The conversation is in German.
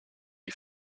die